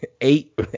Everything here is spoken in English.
eight